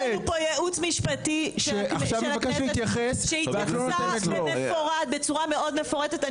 יש לנו פה ייעוץ משפטי של הכנסת שהתייחסה בצורה מאוד מפורטת.